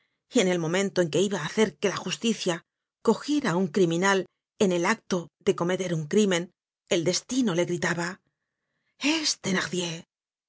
y en el momento en que iba á bacer que la justicia cogiera á un criminal en el acto de cometer un crimen el destino le gritaba es